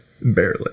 Barely